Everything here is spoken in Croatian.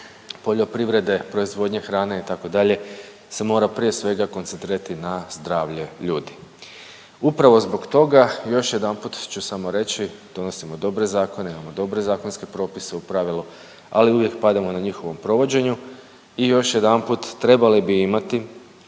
poljoprivrede, proizvodnje hrane itd. se mora prije svega koncentrirati na zdravlje ljudi. Upravo zbog toga još jedanput ću samo reći, donosimo dobre zakone, imamo dobre zakonske propise u pravilu, ali uvijek padamo na njihovom provođenju i još jedanput trebali bi imati,